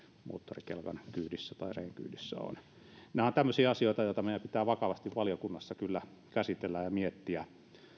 moottorikelkan kyydissä tai reen kyydissä nämä ovat tämmöisiä asioita joita meidän pitää vakavasti valiokunnassa kyllä käsitellä ja miettiä